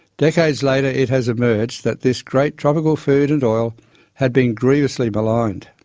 decades later it has emerged that this great tropical food and oil had been grievously maligned.